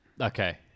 Okay